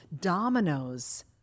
dominoes